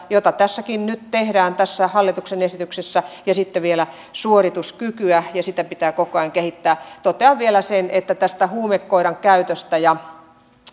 jota nyt tehdään tässäkin hallituksen esityksessä ja sitten vielä suorituskykyä ja sitä pitää koko ajan kehittää totean vielä sen että tästä huumekoiran käytöstä ja